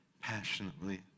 passionately